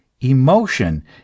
Emotion